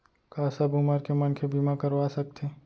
का सब उमर के मनखे बीमा करवा सकथे?